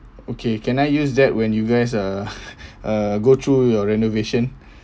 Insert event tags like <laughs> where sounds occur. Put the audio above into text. okay can I use that when you guys uh <laughs> uh go through your renovation